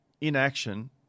Inaction